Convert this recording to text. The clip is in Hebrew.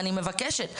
אני מבקשת.